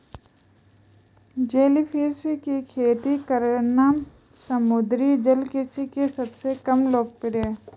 jellyfish की खेती करना समुद्री जल कृषि के सबसे कम लोकप्रिय है